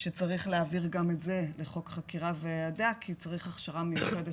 שצריך להעביר גם את זה לחוק חקירה כי צריך הכשרה מיוחדת